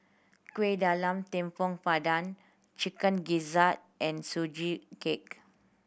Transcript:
Kuih Talam Tepong Pandan Chicken Gizzard and Sugee Cake